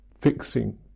fixing